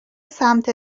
سمت